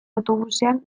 autobusean